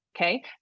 Okay